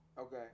okay